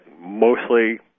mostly